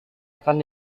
akan